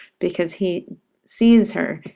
because he sees her,